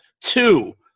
Two